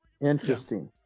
Interesting